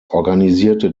organisierte